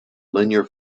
linear